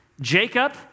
Jacob